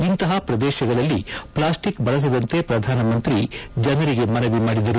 ಇಂತಪ ಪ್ರದೇಶಗಳಲ್ಲಿ ಪ್ಲಾಸ್ಟಿಕ್ ಬಳಸದಂತೆ ಪ್ರಧಾನಿ ಜನರಿಗೆ ಮನವಿ ಮಾಡಿದರು